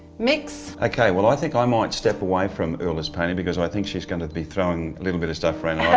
mix. okay well i think i might step away from ulla's painting because i think she's going to be throwing a little bit of stuff around,